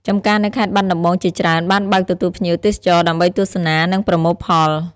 ចម្ការនៅខេត្តបាត់ដំបងជាច្រើនបានបើកទទួលភ្ញៀវទេសចរដើម្បីទស្សនានិងប្រមូលផល។